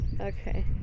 Okay